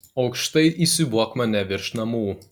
aukštai įsiūbuok mane virš namų